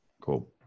Cool